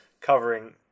covering